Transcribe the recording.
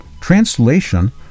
translation